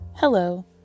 Hello